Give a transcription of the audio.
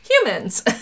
humans